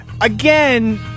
again